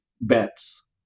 bets